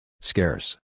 Scarce